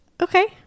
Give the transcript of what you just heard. Okay